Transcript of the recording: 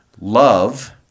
love